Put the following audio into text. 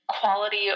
quality